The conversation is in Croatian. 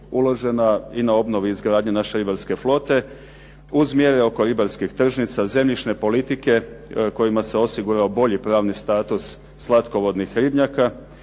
uložena i na obnovi izgradnje naše ribarske flote uz mjere oko ribarskih tržnica, zemljišne politike kojima se osigurao bolji pravni status slatkovodnih ribnjaka,